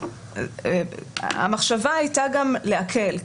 המחשבה הייתה גם להקל,